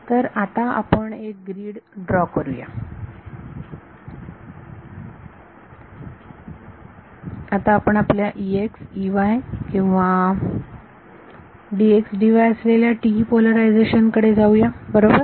तर आता आपण एक ग्रीड ड्रॉ करूया आणि आता आपण आपल्या किंवा असलेल्या TE पोलरायझेशन कडे जाऊया बरोबर